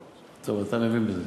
טוב, אתה מבין בזה.